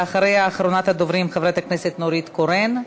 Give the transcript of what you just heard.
ואחריה, אחרונת הדוברים, חברת הכנסת נורית קורן.